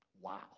Wow